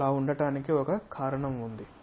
అలా ఉండటానికి ఒక కారణం ఉంది